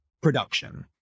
production